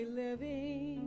living